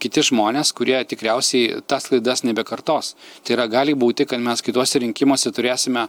kiti žmonės kurie tikriausiai tas klaidas nebekartos tai yra gali būti kad mes kituose rinkimuose turėsime